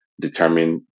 determine